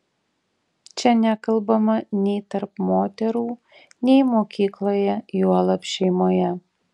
čia nekalbama nei tarp moterų nei mokykloje juolab šeimoje